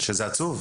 שזה עצוב.